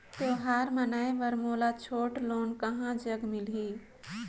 त्योहार मनाए बर मोला छोटा लोन कहां जग मिलही?